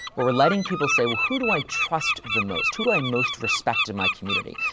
what we're letting people say, well, who do i trust the most? who do i most respect in my community?